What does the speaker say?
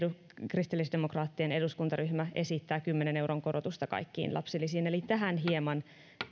kristillisdemokraattien eduskuntaryhmä esittää kymmenen euron korotusta kaikkiin lapsilisiin eli tähän hieman